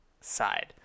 side